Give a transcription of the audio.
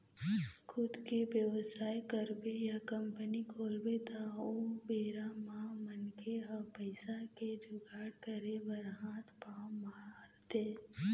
खुद के बेवसाय करबे या कंपनी खोलबे त ओ बेरा म मनखे ह पइसा के जुगाड़ करे बर हात पांव मारथे